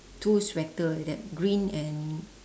two sweater like that green and